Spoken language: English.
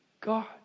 God